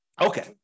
Okay